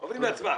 עוברים להצבעה.